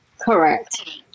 Correct